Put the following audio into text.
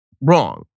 wrong